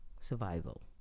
survival